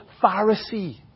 Pharisee